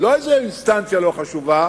לא איזה אינסטנציה לא חשובה.